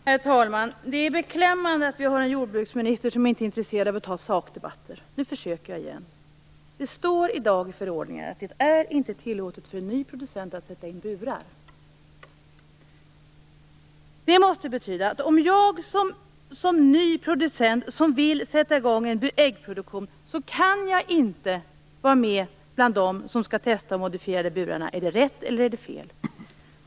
Herr talman! Det är beklämmande att vi har en jordbruksminister som inte är intresserad av att föra sakdebatter. Nu försöker jag igen. Det står i dag i förordningar att det inte är tillåtet för en ny producent att sätta in burar. Det måste betyda att om jag som ny producent vill sätta i gång äggproduktion kan jag inte vara med bland dem som skall testa de modifierade burarna. Är det rätt eller är det fel?